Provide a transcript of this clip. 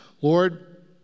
Lord